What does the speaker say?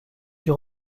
dut